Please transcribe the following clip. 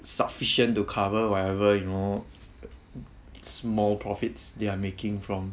sufficient to cover whatever you know small profits they are making from